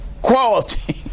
quality